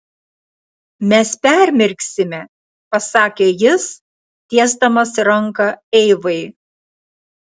mes permirksime pasakė jis tiesdamas ranką eivai